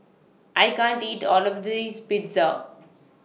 I can't eat All of This Pizza